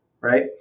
right